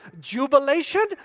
jubilation